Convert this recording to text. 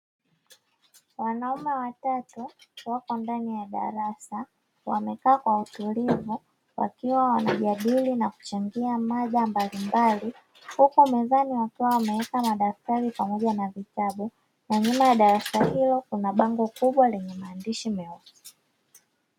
Wanaume watatu wako ndani ya darasa wamekaa kwa utulivu wakiwa wanajadili na kuchangia mada mbalimbali, huku mezani wakiwa wameweka madaftari pamoja na vitabu ,na nyuma ya darasa hilo kuna bango kubwa lenye maandishi meusi.